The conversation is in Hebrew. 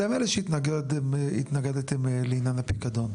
אתם אלה שהתנגדתם לעניין הפיקדון.